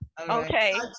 Okay